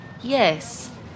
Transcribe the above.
Yes